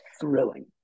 thrilling